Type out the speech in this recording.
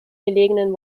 gelegenen